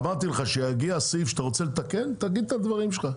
אמרתי לך שכשיגיע הסעיף שאתה רוצה לתקן תגיד את הדברים שלך,